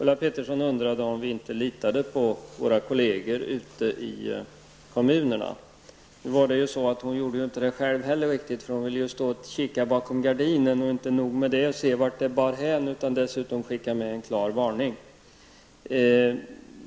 Ulla Pettersson undrade om vi inte litar på våra kolleger ute i kommunerna. Men hon gör det ju inte själv heller, för hon ville stå och kika bakom gardinen för att se vart det bar hän. Och inte nog med det: hon ville skicka med en klar varning.